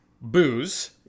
booze